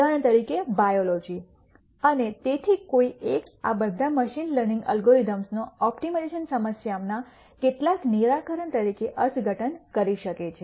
ઉદાહરણ તરીકે બાયોલોજી અને તેથી કોઈ એક આ બધા મશીન લર્નિંગ એલ્ગોરિધમ્સનો ઓપ્ટિમાઇઝેશન સમસ્યાના કેટલાક નિરાકરણ તરીકે અર્થઘટન કરી શકે છે